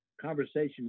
conversation